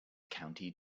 county